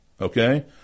Okay